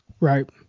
Right